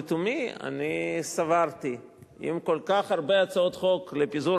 לתומי סברתי: אם כל כך הרבה הצעות חוק לפיזור